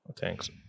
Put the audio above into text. Thanks